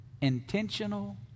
intentional